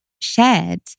shared